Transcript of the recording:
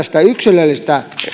sitä yksilöllistä